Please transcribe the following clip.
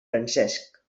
francesc